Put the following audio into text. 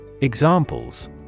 Examples